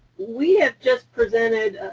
we have just presented,